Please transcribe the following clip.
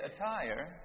attire